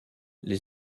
les